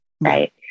Right